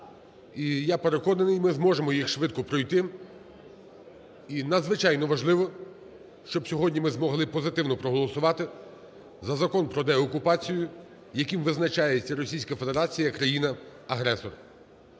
я переконаний, ми зможемо їх швидко пройти. І надзвичайно важливо, щоб сьогодні ми змогли позитивно проголосувати за Закон продеокупацію, яким визначається Російська Федерація як країна-агресор.